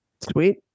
Sweet